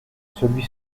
celui